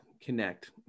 connect